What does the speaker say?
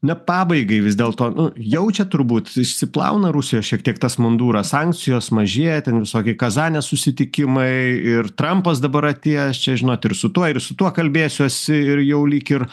na pabaigai vis dėlto nu jaučiat turbūt išsiplauna rusijos šiek tiek tas munduras sankcijos mažėja ten visokie kazanės susitikimai ir trampas dabar atėjęs čia žinot ir su tuo ir su tuo kalbėsiuosi ir jau lyg ir